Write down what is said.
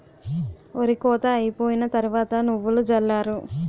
ఒరి కోత అయిపోయిన తరవాత నువ్వులు జల్లారు